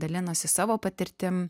dalinosi savo patirtim